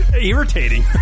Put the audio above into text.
irritating